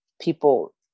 people